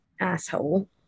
asshole